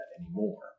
anymore